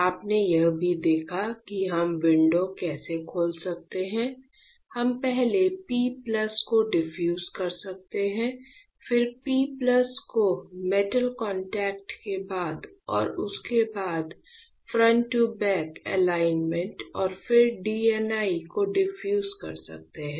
आपने यह भी देखा कि हम विंडो कैसे खोल सकते हैं हम पहले P प्लस को डिफ्यूज कर सकते हैं फिर P प्लस को मेटल कॉन्टैक्ट के बाद और उसके बाद फ्रंट टू बैक अलाइनमेंट और फिर DNI को डिफ्यूज कर सकते हैं